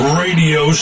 radio